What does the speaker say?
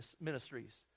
ministries